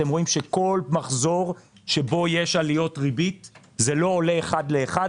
אתם רואים שבכל מחזור שבו יש עליות ריבית זה לא עולה אחד לאחד,